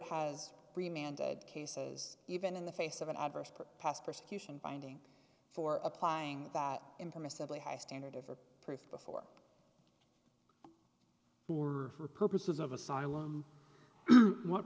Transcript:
has three mandated cases even in the face of an adverse per past persecution finding for applying that impermissibly high standard of or proof before or for purposes of asylum not